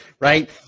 right